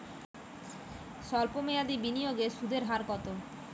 সল্প মেয়াদি বিনিয়োগে সুদের হার কত?